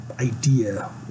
idea